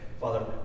Father